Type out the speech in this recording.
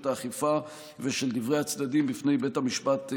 האכיפה ושל דברי הצדדים בפני בית המשפט השלום.